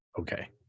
okay